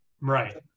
Right